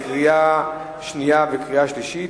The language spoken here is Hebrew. קריאה שנייה וקריאה שלישית.